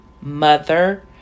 mother